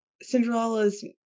Cinderella's